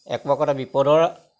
একো একোতা বিপদৰ